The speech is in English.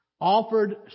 offered